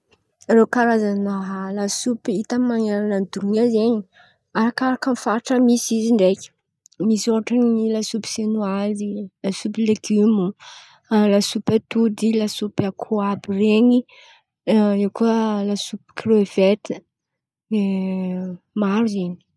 Rô Karazan̈a lasopy hita man̈erana ny donia zen̈y arakaràka faritra misy izy ndraiky misy ôhatra lasopy sinoazy, lasopy legimo, lasopy atody, lasopy akoho àby ren̈y, eo koa lasopy krevety maro zen̈y.